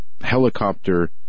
helicopter